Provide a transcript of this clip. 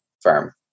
firm